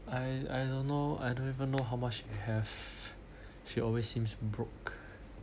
I I don't know I don't even know how much she have she always seems broke